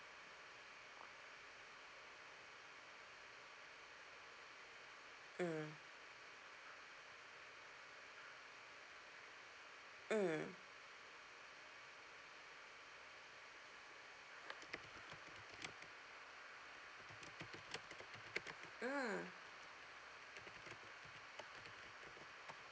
mm mm mm